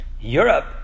Europe